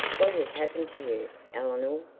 what has happened to you eleanor,